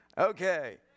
Okay